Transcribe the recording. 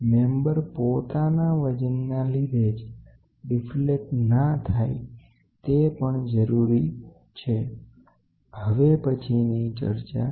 member પોતાના વજનના લિધે જ ડિફ્લેક્ટ ના થાય તે પણ જરૂરી છે તેથી વજન ની પસંદગી એ પ્રમાણે કરવી